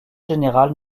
général